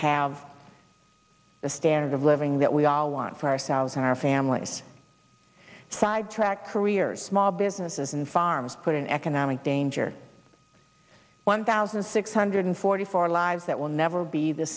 have the standard of living that we all want for ourselves and our families sidetracked careers small businesses and farms put in economic danger one thousand six hundred forty four lives that will never be the